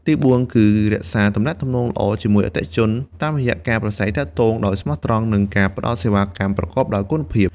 ទីបួន គឺ រក្សាទំនាក់ទំនងល្អជាមួយអតិថិជន តាមរយៈការប្រាស្រ័យទាក់ទងដោយស្មោះត្រង់ និងការផ្តល់សេវាកម្មប្រកបដោយគុណភាព។